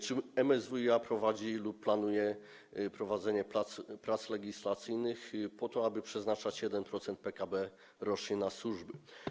Czy MSWiA prowadzi lub planuje prowadzenie prac legislacyjnych po to, aby przeznaczać 1% PKB rocznie na służby?